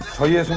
please!